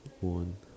hold on